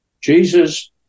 Jesus